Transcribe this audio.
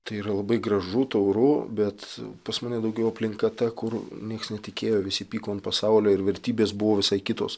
tai yra labai gražu tauru bet pas mane daugiau aplinka ta kur nieks netikėjo visi pyko ant pasaulio ir vertybės buvo visai kitos